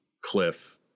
cliff